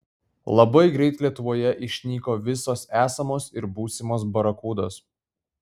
labai greit lietuvoje išnyko visos esamos ir būsimos barakudos